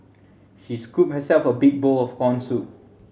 she scooped herself a big bowl of corn soup